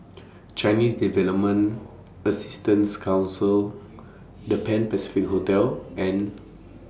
Chinese Development Assistance Council The Pan Pacific Hotel and